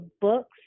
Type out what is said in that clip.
books